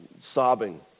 sobbing